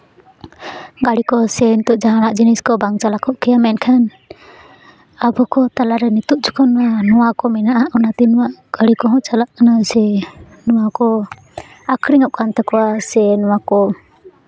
ᱜᱟᱹᱲᱤ ᱠᱚ ᱥᱮ ᱱᱤᱛᱚᱜ ᱡᱟᱦᱟᱱᱟᱜ ᱡᱤᱱᱤᱥ ᱠᱚ ᱵᱟᱝ ᱪᱟᱞᱟᱣ ᱠᱚᱜ ᱠᱮᱭᱟ ᱢᱮᱱᱠᱷᱟᱱ ᱟᱵᱚ ᱠᱚ ᱛᱟᱞᱟᱨᱮ ᱱᱤᱛᱚᱜ ᱡᱚᱠᱷᱚᱱ ᱱᱚᱣᱟ ᱠᱚ ᱢᱮᱱᱟᱜᱼᱟ ᱚᱱᱟᱛᱮ ᱱᱚᱣᱟ ᱜᱟᱹᱲᱤ ᱠᱚᱦᱚᱸ ᱪᱟᱞᱟᱜ ᱠᱟᱱᱟ ᱥᱮ ᱱᱚᱣᱟ ᱠᱚ ᱟᱹᱠᱷᱨᱤᱧᱚᱜ ᱠᱟᱱ ᱛᱟᱠᱚᱣᱟ ᱥᱮ ᱱᱚᱣᱟ ᱠᱚ